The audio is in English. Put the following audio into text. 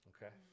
Okay